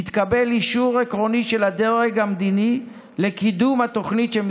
התקבל אישור עקרוני של הדרג המדיני לקידום התוכנית להרחבת הכפר,